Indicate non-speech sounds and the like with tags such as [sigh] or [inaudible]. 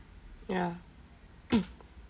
ya [noise]